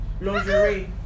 lingerie